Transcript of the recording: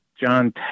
John